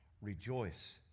Rejoice